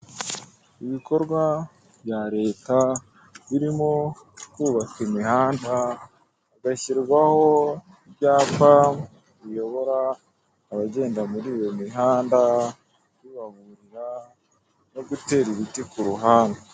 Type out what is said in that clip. Ibikorwa bya leta birimo kubaka imihanda hagashyirwaho ibyapa biyobora abagenda muri iyo mihanda bibaburira no gutera ibiti ku ruhande.